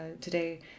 today